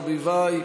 אורנה ברביבאי,